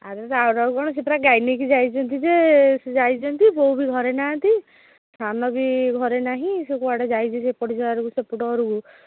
ଆରେ ରାଉ ରାଉ କ'ଣ ସିଏ ପରା ଗାଈ ନେଇକି ଯାଇଛନ୍ତି ଯେ ଯାଇଛନ୍ତି ବୋଉ ବି ଘରେ ନାହାଁନ୍ତି ସାନ ବି ଘରେ ନାହିଁ ସେ କୁଆଡ଼େ ଯାଇଛି ଯେ ପଡ଼ିଶା ଘରକୁ ସେପଟ ଘରକୁ